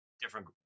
different